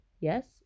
yes